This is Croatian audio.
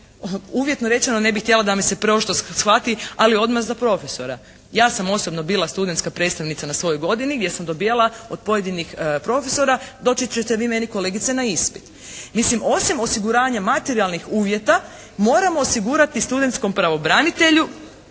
Uvjetno rečeno ne bih htjela da me se preoštro shvati, ali odmah za profesora. Ja sam osobno bila studentska predstavnica na svojoj godini, gdje sam dobivala od pojedinih profesora “Doći ćete vi meni kolegice na ispit!“ Mislim osim osiguranja materijalnih uvjeta moramo osigurati studentskom pravobranitelju